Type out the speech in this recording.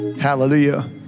Hallelujah